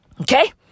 Okay